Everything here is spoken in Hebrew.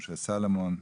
משה סולומון,